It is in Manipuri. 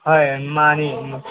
ꯍꯣꯏ ꯃꯥꯅꯤ